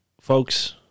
folks